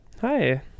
Hi